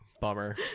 Bummer